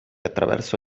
attraverso